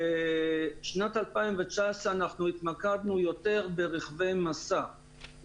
בשנת 2019 אנחנו התמקדנו יותר ברכבי משא.